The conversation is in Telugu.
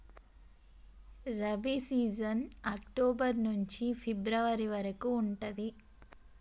రబీ సీజన్ అక్టోబర్ నుంచి ఫిబ్రవరి వరకు ఉంటది